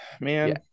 man